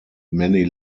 many